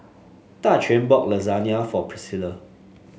Daquan bought Lasagna for Priscila